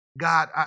God